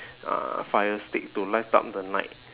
uh fire stick to light up the night